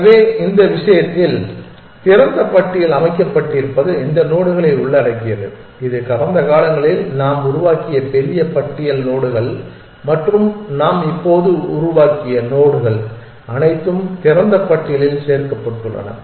எனவே இந்த விஷயத்தில் திறந்த பட்டியல் அமைக்கப்பட்டிருப்பது இந்த நோடுகளை உள்ளடக்கியது இது கடந்த காலங்களில் நாம் உருவாக்கிய பெரிய பட்டியல் நோடுகள் மற்றும் நாம் இப்போது உருவாக்கிய நோடுகள் அனைத்தும் திறந்த பட்டியலில் சேர்க்கப்பட்டுள்ளன